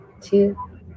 two